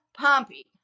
Pompey